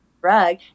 rug